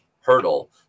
hurdle